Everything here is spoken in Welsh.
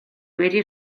wedi